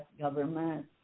government